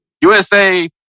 USA